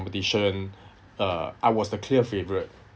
~petition uh I was the clear favourite